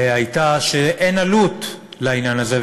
הייתה שאין עלות לעניין הזה,